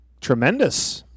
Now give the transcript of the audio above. tremendous